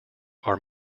are